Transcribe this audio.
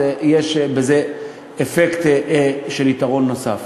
יש בזה אפקט של יתרון נוסף.